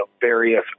various